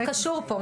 הכל קשור פה.